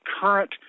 current